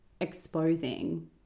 exposing